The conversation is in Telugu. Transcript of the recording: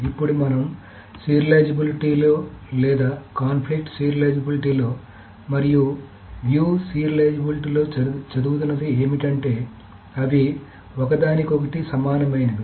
ఇప్పుడు మనం సీరియలైజేబిలిటీలో లేదా సంఘర్షణ సీరియలిజబిలిటీ లో మరియు వీక్షణ సీరియలిబిలిటీలో చదువుతున్నది ఏమిటంటే అవి ఒకదానికొకటి సమానమైనవి